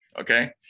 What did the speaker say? Okay